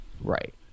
Right